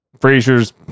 Frazier's